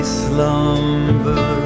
slumber